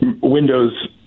Windows